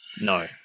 No